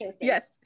Yes